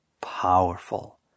powerful